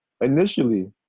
initially